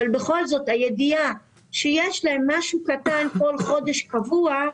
אבל בכל זאת הידיעה שיש להן משהו קטן כל חודש והוא קבוע,